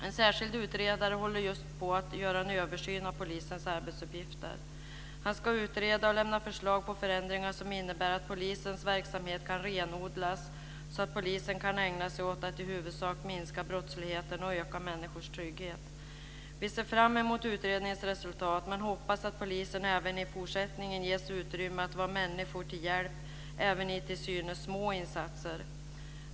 En särskild utredare håller just på att göra en översyn av polisens arbetsuppgifter. Han ska utreda och lämna förslag på förändringar som innebär att polisens verksamhet kan renodlas, så att polisen kan ägna sig åt att i huvudsak minska brottsligheten och öka människors trygghet. Vi ser fram emot utredningens resultat, men hoppas att polisen även i fortsättningen ges utrymme att vara människor till hjälp även med till synes små insatser.